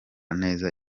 neza